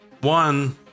one